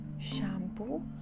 shampoo